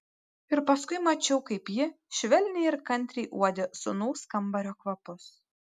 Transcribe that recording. ir paskui mačiau kaip ji švelniai ir kantriai uodė sūnaus kambario kvapus